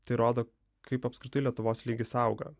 tai rodo kaip apskritai lietuvos lygis auga